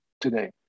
today